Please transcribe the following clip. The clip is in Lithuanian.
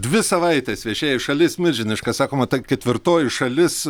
dvi savaites viešėjo šalis milžiniška sakoma tai ketvirtoji šalis